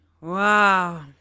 Wow